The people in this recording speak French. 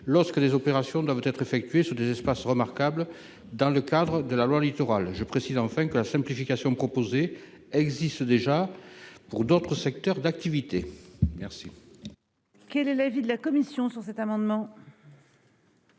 lorsque les opérations doivent être effectuées sur des espaces remarquables dans le cadre de la loi Littoral. Je précise enfin que la simplification proposée existe déjà pour d'autres secteurs d'activité. L'amendement n° 520 n'est pas soutenu. Quel est